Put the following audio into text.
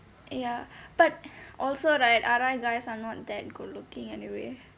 ya but also right R_I guys are not that good looking anyway